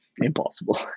impossible